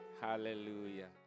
Hallelujah